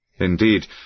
Indeed